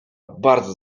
bardzo